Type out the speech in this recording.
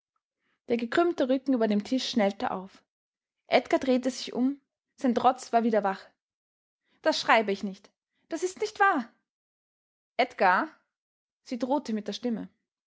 der gekrümmte rücken über dem tisch schnellte auf edgar drehte sich um sein trotz war wieder wach das schreibe ich nicht das ist nicht wahr edgar sie drohte mit der stimme